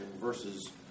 versus